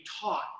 taught